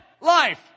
life